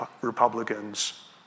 Republicans